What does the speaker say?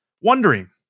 wondering